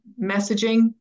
messaging